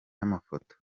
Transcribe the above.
n’amafoto